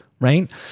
right